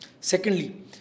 Secondly